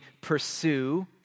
pursue